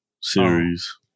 series